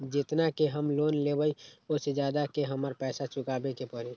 जेतना के हम लोन लेबई ओ से ज्यादा के हमरा पैसा चुकाबे के परी?